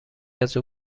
ازاو